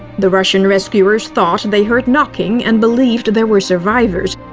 the russian rescuers thought they heard knocking and believed there were survivors.